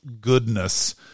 goodness